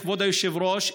כבוד היושב-ראש,